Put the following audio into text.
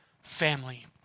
family